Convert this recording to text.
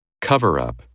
Cover-up